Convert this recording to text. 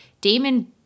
Damon